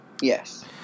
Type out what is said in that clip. Yes